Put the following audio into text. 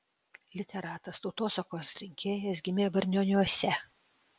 literatas tautosakos rinkėjas gimė varnioniuose